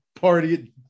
party